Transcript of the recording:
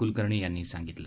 कुलकर्णी यांनी सांगितलं